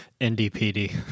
NDPD